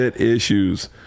issues